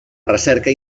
recerca